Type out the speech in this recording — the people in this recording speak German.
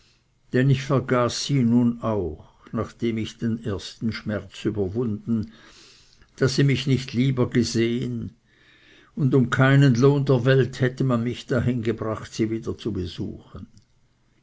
denn ich vergaß sie nun auch nachdem ich den ersten schmerz überwunden daß sie mich nicht lieber gesehen und um keinen lohn der welt hätte man mich dahin gebracht sie wieder zu besuchen